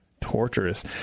Torturous